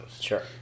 Sure